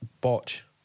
botch